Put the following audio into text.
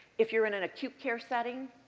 if you're in in acute care setting,